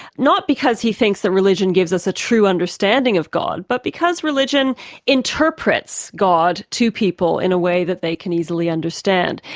not because he thinks that religion gives us a true understanding of god, but because religion interprets god to people in a way that they can easily understand.